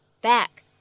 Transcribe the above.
back